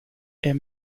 est